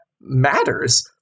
matters